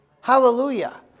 Hallelujah